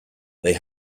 they